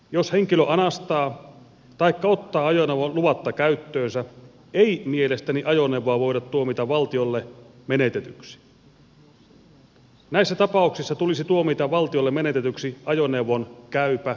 jos henkilö anastaa taikka ottaa ajoneuvon luvatta käyttöönsä ei mielestäni ajoneuvoa voida tuomita valtiolle menetetyksi näissä tapauksissa tulisi tuomita valtiolle menetetyksi ajoneuvon käypä arvo